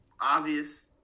obvious